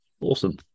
awesome